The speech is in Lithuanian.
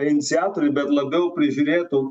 iniciatoriai bet labiau prižiūrėtų